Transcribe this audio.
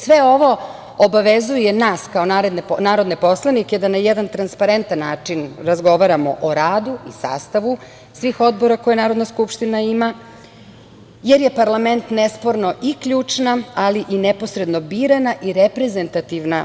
Sve ovo obavezuje nas kao narodne poslanike da na jedan transparentan način razgovaramo o radu i sastavu svih odbora koje Narodna skupština ima, jer je parlament nesporno i ključna, ali i neposredno birana i reprezentativna